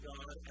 God